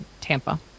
Tampa